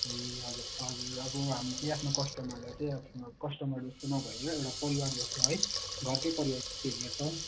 ए हजुर हजुर अब हामी चाहिँ आफ्नो कस्टमरलाई चाहिँ कस्टमर जस्तो नभएर एउटा परिवार जस्तो है घरको परिवार जस्तो हेर्छौँ